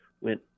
went